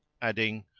adding,